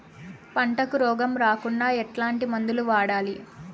పంటకు రోగం రాకుండా ఎట్లాంటి మందులు వాడాలి?